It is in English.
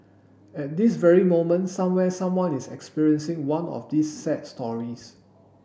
at this very moment somewhere someone is experiencing one of these sad stories